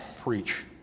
preach